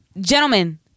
gentlemen